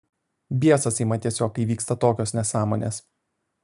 biesas ima tiesiog kai vyksta tokios nesąmonės